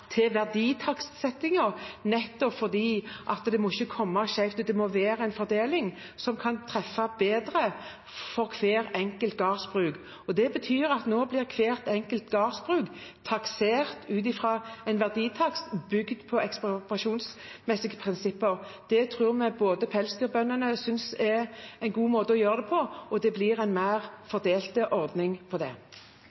til verditakstsettingen nettopp fordi det ikke må komme skjevt ut. Det må være en fordeling som kan treffe bedre for hvert enkelt gårdsbruk. Det betyr at hvert enkelt gårdsbruk nå blir taksert ut fra en verditakst bygd på ekspropriasjonsrettslige prinsipper. Det tror vi pelsdyrbøndene synes er en god måte å gjøre det på, og det blir en mer